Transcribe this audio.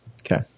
Okay